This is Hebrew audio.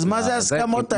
אז מה זה ההסכמות האלה?